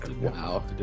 Wow